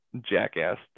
jackass